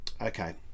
okay